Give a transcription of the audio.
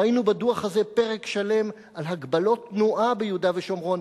ראינו בדוח הזה פרק שלם על הגבלות תנועה ביהודה ושומרון,